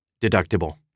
deductible